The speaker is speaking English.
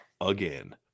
again